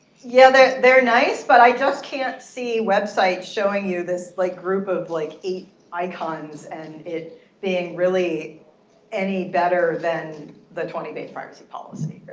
yeah. they're they're nice but i just can't see websites showing you this like group of like eight icons and it being really any better than the twenty page privacy policy.